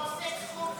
הוא עושה צחוקים.